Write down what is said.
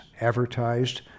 advertised